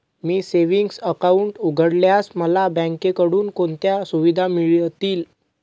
मी savings account उघडल्यास मला बँकेकडून कोणत्या सुविधा मिळतील?